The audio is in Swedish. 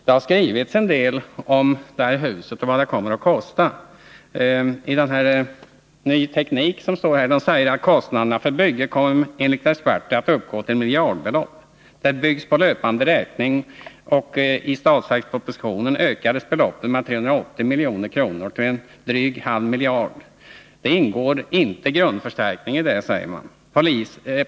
Det har skrivits en del om det här huset och om vad det kommer att kosta. I tidskriften Ny Teknik sägs: ”Kostnaderna för bygget kommer enligt experter att uppgå till miljardbelopp; det byggs på löpande räkning och i statsverkspropositionen ökades beloppet från 380 Mkr till en dryg halv miljard. Då ingår inte grundförstärkningen.